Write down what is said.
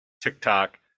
TikTok